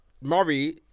Murray